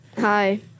Hi